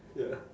ya